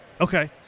Okay